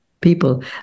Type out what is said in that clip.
people